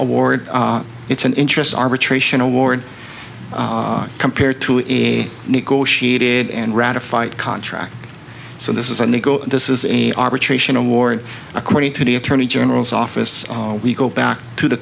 award it's an interest arbitration award compared to a negotiated and ratified contract so this isn't a go this is a arbitration award according to the attorney general's office we go back to the